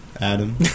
Adam